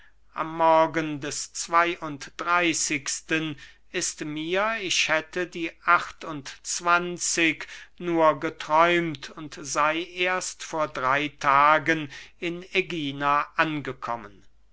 am morgen des zwey und dreyßigsten ist mir ich hätte die acht und zwanzig nur geträumt und sey erst vor drey tagen in ägina angekommen